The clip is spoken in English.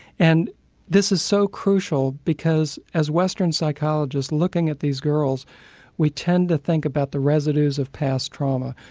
and this is so crucial because as western psychologists looking at these girls we tend to think about the residues of past trauma.